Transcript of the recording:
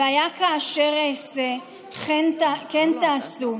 והיה כאשר אעשה כן תעשון".